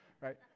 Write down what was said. right